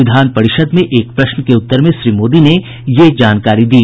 विधान परिषद में एक प्रश्न के उत्तर में श्री मोदी ने यह जानकारी दी